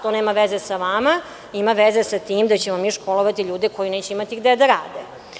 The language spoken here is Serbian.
To nema veze sa vama, ima veze sa tim da ćemo mi školovati ljude koji neće imati gde da rade.